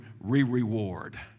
re-reward